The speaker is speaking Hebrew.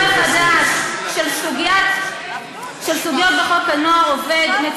בדיקה מחדש של סוגיות בחוק עבודת הנוער